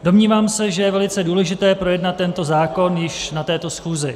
Domnívám se, že je velice důležité projednat tento zákon již na této schůzi.